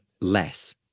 less